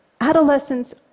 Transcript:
adolescents